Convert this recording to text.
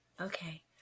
Okay